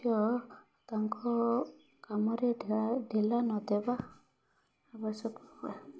ତାଙ୍କ କାମରେ ଢିଲା ନଦେବା ଆବଶ୍ୟକ ହୁଏ